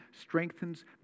strengthens